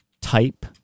type